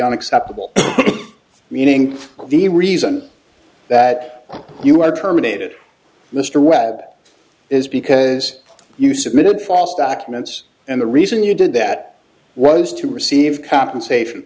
leon acceptable meaning the reason that you are terminated mr webb is because you submitted false documents and the reason you did that was to receive compensation